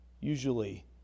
Usually